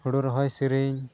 ᱦᱳᱲᱳ ᱨᱚᱦᱚᱭ ᱥᱮᱨᱮᱧ